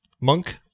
Monk